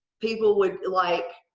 people would like